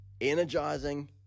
energizing